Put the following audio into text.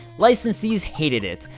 licensees hated it,